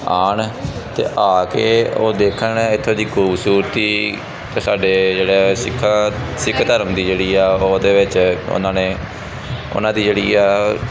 ਆਉਣ ਅਤੇ ਆ ਕੇ ਉਹ ਦੇਖਣ ਇੱਥੋਂ ਦੀ ਖੂਬਸੁਰਤੀ ਅਤੇ ਸਾਡੇ ਜਿਹੜੇ ਸਿੱਖਾਂ ਸਿੱਖ ਧਰਮ ਦੀ ਜਿਹੜੀ ਆ ਉਹਦੇ ਵਿੱਚ ਉਨ੍ਹਾਂ ਨੇ ਉਨ੍ਹਾਂ ਦੀ ਜਿਹੜੀ ਆ